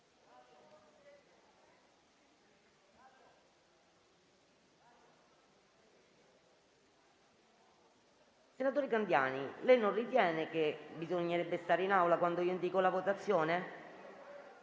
Senatore Candiani, non ritiene che bisognerebbe stare in Aula quando indìco la votazione?